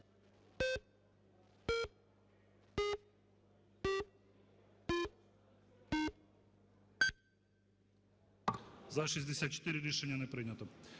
За-81 Рішення не прийнято.